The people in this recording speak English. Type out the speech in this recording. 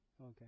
Okay